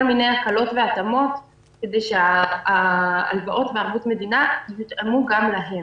מיני הקלות והתאמות כדי שההלוואות בערבות מדינה יותאמו גם להם.